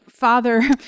Father